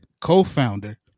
co-founder